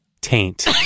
Taint